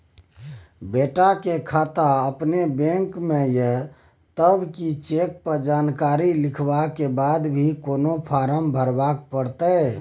बेटा के खाता अपने बैंक में ये तब की चेक पर जानकारी लिखवा के बाद भी कोनो फारम भरबाक परतै?